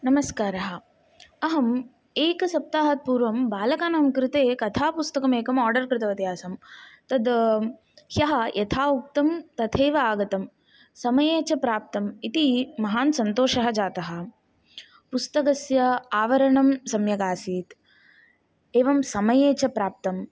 नमस्कारः अहम् एकसप्ताहात् पूर्वं बालकानां कृते कथापुस्तकम् एकम् आर्डर् कृतवती आसं तद् ह्यः यथा उक्तं तथैव च आगतं समये च प्राप्तम् इति महान् सन्तोषः जातः पुस्तकस्य आवरणं सम्यगासीत् एवं समये च प्राप्तं